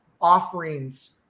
offerings